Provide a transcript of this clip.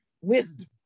wisdom